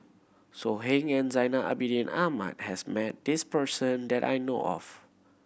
So Heng and Zainal Abidin Ahmad has met this person that I know of